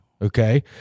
Okay